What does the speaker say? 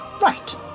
Right